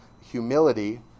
humility